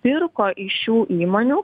pirko iš šių įmonių